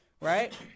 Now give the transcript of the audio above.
right